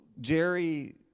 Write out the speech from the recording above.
Jerry